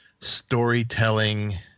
storytelling –